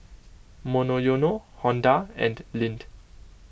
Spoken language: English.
Monoyono Honda and Lindt